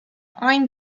ein